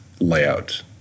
layout